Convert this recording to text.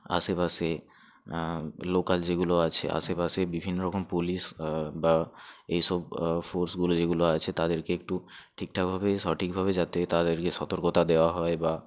আশেপাশে লোকাল যেগুলো আছে আশেপাশে বিভিন্ন রকম পুলিশ বা এইসব ফোর্সগুলো যেগুলো আছে তাদেরকে একটু ঠিকঠাকভাবে সঠিকভাবে যাতে তাদেরকে সতর্কতা দেওয়া হয় বা